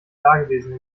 dagewesene